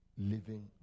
living